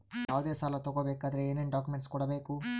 ಯಾವುದೇ ಸಾಲ ತಗೊ ಬೇಕಾದ್ರೆ ಏನೇನ್ ಡಾಕ್ಯೂಮೆಂಟ್ಸ್ ಕೊಡಬೇಕು?